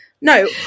No